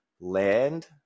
land